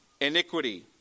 Iniquity